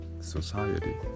society